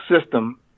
system